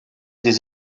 des